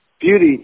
beauty